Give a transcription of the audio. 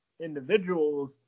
individuals